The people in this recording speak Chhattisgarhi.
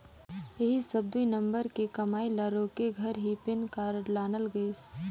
ऐही सब दुई नंबर के कमई ल रोके घर ही पेन कारड लानल गइसे